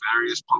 various